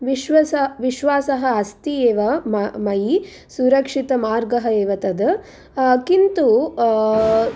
विश्वस विश्वासः अस्ति एव म मयि सुरक्षितमार्गः एव तत् किन्तु